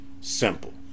Simple